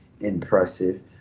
impressive